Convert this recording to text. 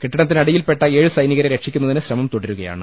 കെട്ടിടത്തിനടിയിൽ പെട്ട ഏഴ് സൈനികരെ രക്ഷിക്കുന്നതിന് ശ്രമം തുടരു കയാണ്